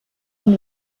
amb